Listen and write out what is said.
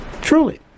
Truly